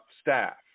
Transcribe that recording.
staff